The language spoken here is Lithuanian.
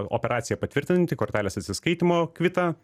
operaciją patvirtinantį kortelės atsiskaitymo kvitą